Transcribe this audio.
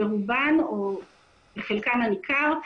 ברובן או בחלקן הניכר,